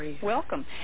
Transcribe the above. Welcome